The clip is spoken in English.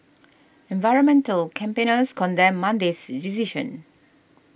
environmental campaigners condemned Monday's decision